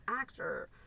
actor